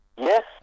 Yes